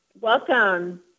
Welcome